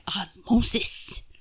osmosis